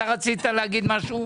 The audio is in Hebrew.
אתה רצית להתייחס.